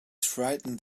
frightened